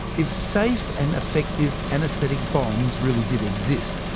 if safe and effective anaesthetic bombs really did exist,